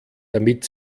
damit